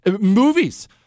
movies